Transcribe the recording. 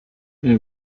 know